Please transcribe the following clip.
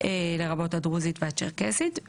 לרבות הדרוזית והצ'רקסית.